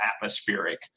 atmospheric